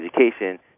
education